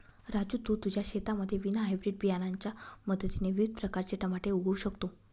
राजू तू तुझ्या शेतामध्ये विना हायब्रीड बियाणांच्या मदतीने विविध प्रकारचे टमाटे उगवू शकतो